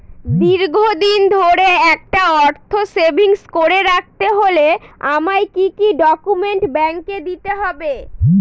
দীর্ঘদিন ধরে একটা অর্থ সেভিংস করে রাখতে হলে আমায় কি কি ডক্যুমেন্ট ব্যাংকে দিতে হবে?